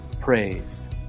praise